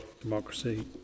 democracy